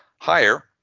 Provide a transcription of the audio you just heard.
higher